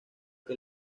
que